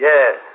Yes